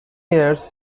years